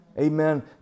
Amen